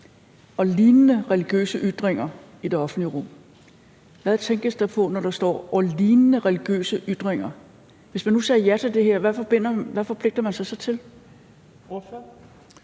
»og lignende religiøse ytringer i det offentlige rum«. Hvad tænkes der på, når der står: »og lignende religiøse ytringer«? Hvis man nu sagde ja til det her, hvad forpligter man sig så til?